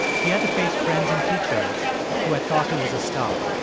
he had to face friends and teachers who had thought he was a star.